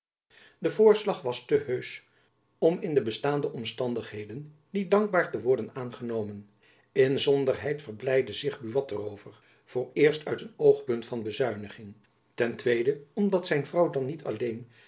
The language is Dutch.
de voorslag was te heusch om in de bestaande omstandigheden niet dankbaar te worden aangenomen inzonderheid verblijdde zich buat er over vooreerst uit een oogpunt van bezuiniging ten tweeden omdat zijn vrouw dan niet alleen